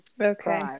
okay